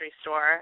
store